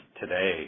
today